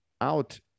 out